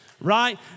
Right